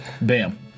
bam